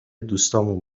دوستامون